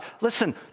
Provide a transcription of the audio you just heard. Listen